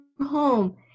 home